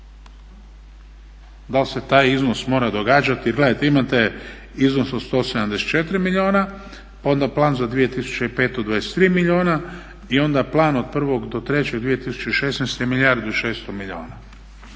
Da li se taj iznos mora događati? Gledajte, imate iznos od 174 milijuna pa onda plan za 2015. 23 milijuna i onda plan od 1. do 3.2016. milijardu i 600 milijuna.